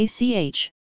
ACH